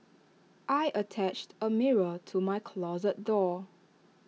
I attached A mirror to my closet door